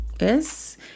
yes